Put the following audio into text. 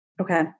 Okay